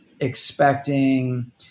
expecting